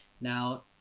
Now